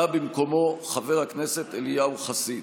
בא במקומו חבר הכנסת אליהו חסיד.